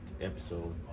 episode